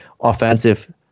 offensive